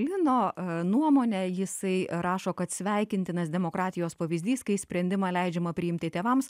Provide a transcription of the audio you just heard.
lino nuomone jisai rašo kad sveikintinas demokratijos pavyzdys kai sprendimą leidžiama priimti tėvams